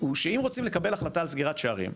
הוא שאם רוצים לקבל החלטה על סגירת שערים,